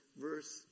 verse